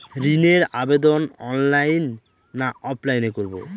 ঋণের আবেদন অনলাইন না অফলাইনে করব?